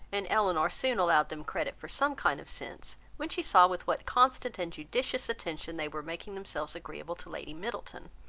and elinor soon allowed them credit for some kind of sense, when she saw with what constant and judicious attention they were making themselves agreeable to lady middleton.